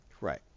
right